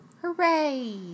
hooray